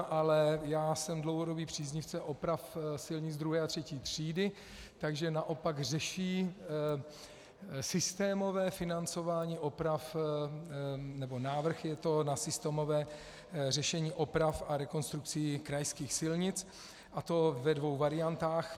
Ale já jsem dlouhodobý příznivce oprav silnic II. a III. třídy, takže naopak řeší systémové financování oprav, nebo návrh je to na systémové řešení oprav a rekonstrukcí krajských silnic, a to ve dvou variantách.